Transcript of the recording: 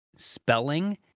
Spelling